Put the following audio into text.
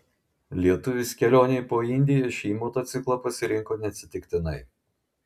lietuvis kelionei po indiją šį motociklą pasirinko neatsitiktinai